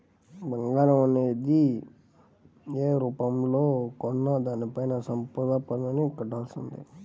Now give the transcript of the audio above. బంగారం అనేది యే రూపంలో కొన్నా దానిపైన సంపద పన్నుని కట్టాల్సిందే